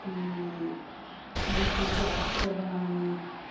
फी रूट्टी गैस उप्पर बनानी